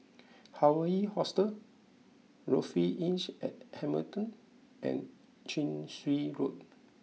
Hawaii Hostel Lofi Inns at Hamilton and Chin Swee Road